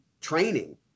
training